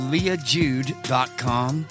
LeahJude.com